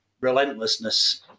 relentlessness